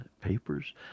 papers